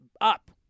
up